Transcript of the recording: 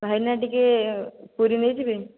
ଭାଇନା ଟିକିଏ ପୁରୀ ନେଇଯିବେ